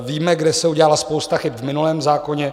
Víme, kde se udělala spousta chyb v minulém zákoně.